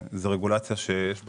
מהרגולציה הזאת.